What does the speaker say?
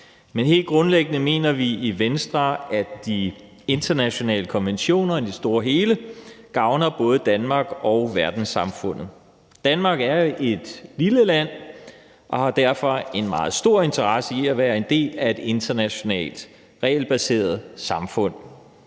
Men helt grundlæggende mener vi i Venstre, at de internationale konventioner i det store hele gavner både Danmark og verdenssamfundet. Danmark er et lille land og har derfor en meget stor interesse i at være en del af et internationalt regelbaseret samfund,